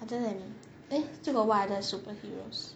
other than eh still got what other superheroes